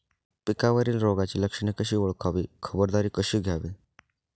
पिकावरील रोगाची लक्षणे कशी ओळखावी, खबरदारी कशी घ्यावी?